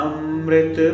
Amrit